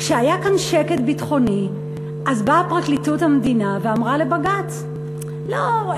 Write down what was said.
כשהיה כאן שקט ביטחוני באה פרקליטות המדינה ואמרה לבג"ץ: לא,